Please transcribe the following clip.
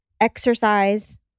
exercise